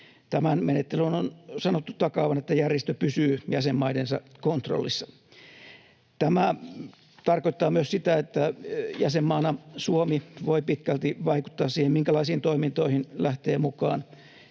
Tämän menettelyn on sanottu takaavan, että järjestö pysyy jäsenmaidensa kontrollissa. Tämä tarkoittaa myös sitä, että jäsenmaana Suomi voi pitkälti vaikuttaa siihen, minkälaisiin toimintoihin lähtee mukaan.